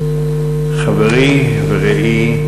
חברי ורעי,